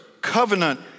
covenant